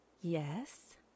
Yes